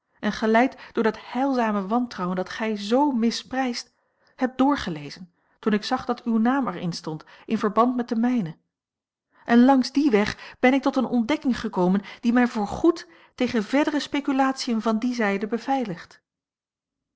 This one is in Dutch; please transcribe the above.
en geleid door dat heilzame wantrouwen dat gij z misprijst heb doorgelezen toen ik zag dat uw naam er in stond in verband met den mijnen en langs dien weg ben ik tot eene ontdekking gekomen die mij voorgoed tegen verdere speculatiën van die zijde beveiligt